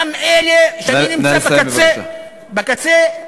גם של אלה שנמצאים בקצה האחר.